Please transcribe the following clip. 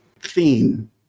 Theme